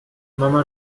mama